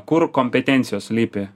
kur kompetencijos slypi